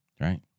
Right